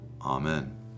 Amen